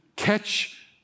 Catch